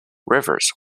rivers